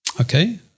okay